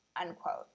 unquote